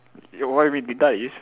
eh why we deduct is